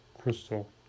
Crystal